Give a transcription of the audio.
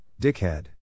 dickhead